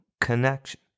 connection